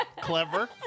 Clever